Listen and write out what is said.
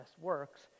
works